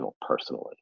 personally